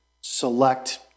select